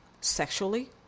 sexually